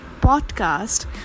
podcast